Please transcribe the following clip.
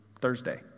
Thursday